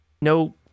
no